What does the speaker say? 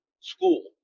school